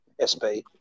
SB